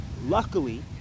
luckily